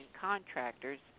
contractors